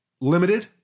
limited